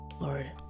Lord